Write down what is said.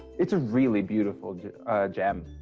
it's a really beautiful gem.